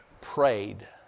prayed